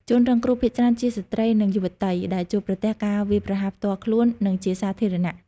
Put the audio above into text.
ជនរងគ្រោះភាគច្រើនជាស្ត្រី និងយុវតី ដែលជួបប្រទះការវាយប្រហារផ្ទាល់ខ្លួន និងជាសាធារណៈ។